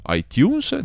iTunes